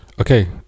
Okay